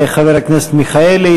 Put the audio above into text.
תודה לחבר הכנסת מיכאלי.